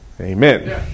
Amen